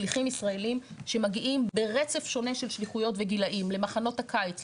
שליחים ישראלים שמגיעים ברצף שונה של שליחויות וגילאים למחנות הקיץ,